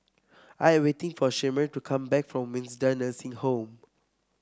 I am waiting for Shemar to come back from Windsor Nursing Home